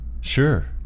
sure